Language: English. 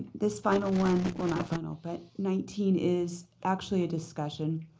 this final one or not final. but nineteen is actually a discussion.